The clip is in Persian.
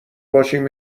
باشیم